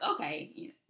okay